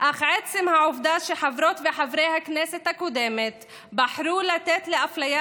אך עצם העובדה שחברות וחברי הכנסת הקודמת בחרו לתת לאפליה